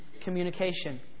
communication